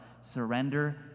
surrender